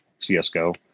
csgo